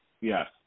Yes